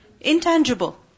intangible